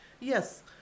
Yes